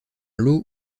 l’eau